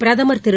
பிரதமர் திரு